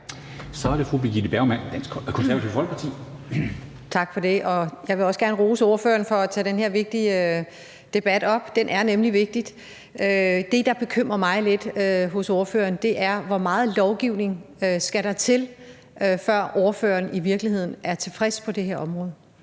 Så er det fru Birgitte Bergman, Det Konservative Folkeparti. Kl. 10:26 Birgitte Bergman (KF): Tak for det. Jeg vil også gerne rose ordføreren for at tage den her vigtige debat op. Det er nemlig vigtigt. Det, der bekymrer mig lidt hos ordføreren, er, hvor meget lovgivning der skal til, før ordføreren i virkeligheden er tilfreds på det her område.